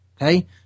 Okay